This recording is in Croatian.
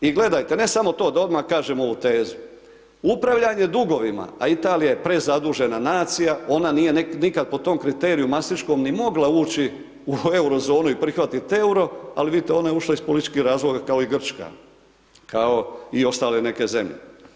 I gledajte, ne samo to, da odmah kažem ovu tezu, upravljanje dugovima, a Italija je prezadužena nacija, ona nije nikad po tom kriteriju mastriškom, ni mogla ući u Euro zonu i prihvatiti EUR-o, ali vidite, ona je ušla iz političkih razloga, ako i Grčka, kao i ostale neke zemlje.